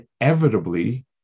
inevitably